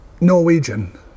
Norwegian